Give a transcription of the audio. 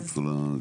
לתוך זה